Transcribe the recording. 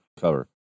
cover